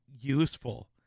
useful